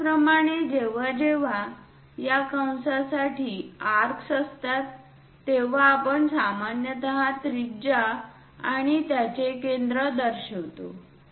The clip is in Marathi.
त्याचप्रमाणे जेव्हा जेव्हा या कंससाठी आर्क्स असतात तेव्हा आपण सामान्यत त्रिज्या आणि त्याचे केंद्र दर्शवतो